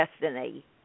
destiny